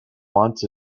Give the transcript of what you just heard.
wants